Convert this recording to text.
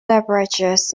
beverages